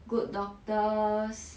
good doctors